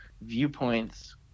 viewpoints